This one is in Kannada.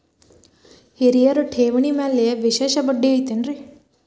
ಹಿರಿಯರ ಠೇವಣಿ ಮ್ಯಾಲೆ ವಿಶೇಷ ಬಡ್ಡಿ ಐತೇನ್ರಿ?